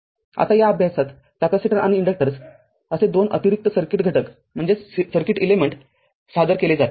आता या अध्यायात कॅपेसिटर आणि इंडक्टर्स असे दोन अतिरिक्त सर्किट घटक सादर केले जातील